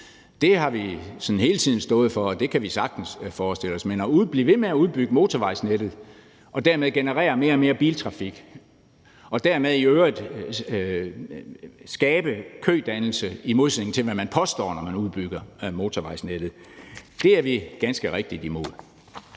Det har vi sådan hele tiden stået for, og det kan vi sagtens forestille os. Men at blive ved med at udbygge motorvejsnettet og dermed generere mere og mere biltrafik og dermed i øvrigt skabe kødannelse, i modsætning til hvad man påstår, når man udbygger motorvejsnettet, er vi ganske rigtigt imod.